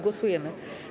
Głosujemy.